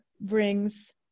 brings